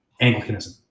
Anglicanism